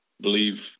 believe